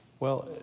well.